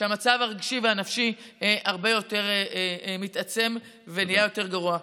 שבהן המצב הרגשי והנפשי הרבה יותר מתעצם ונהיה יותר גרוע.